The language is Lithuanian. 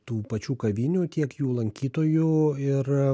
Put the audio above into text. tų pačių kavinių tiek jų lankytojų ir